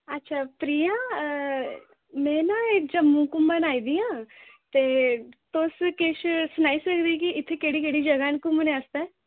अच्छा प्रिया में न जम्मू घूमन आई दी आं ते तुस किश सनाई सकदे कि इत्थें केह्ड़ी केह्ड़ी जगह न घूमने आस्तै